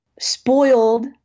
spoiled